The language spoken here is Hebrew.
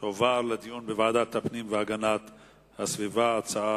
תעבור לדיון בוועדת הפנים והגנת הסביבה, הצעה